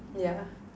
ya